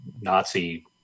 Nazi